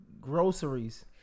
Groceries